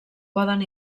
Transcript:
poden